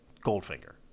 Goldfinger